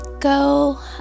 go